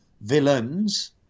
villains